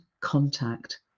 contact